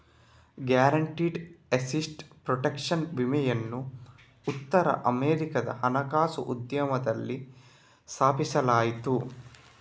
guaranteed asset protection ವಿಮೆಯನ್ನು ಉತ್ತರ ಅಮೆರಿಕಾದ ಹಣಕಾಸು ಉದ್ಯಮದಲ್ಲಿ ಸ್ಥಾಪಿಸಲಾಯಿತು